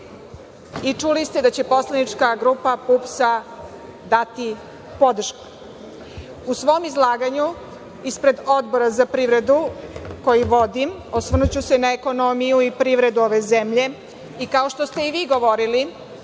i čuli ste da će poslanička grupa PUPS dati podršku.U svom izlaganju, ispred Odbora za privredu koji vodim, osvrnuću se na ekonomiju i privredu ove zemlje i kao što ste i vi govorili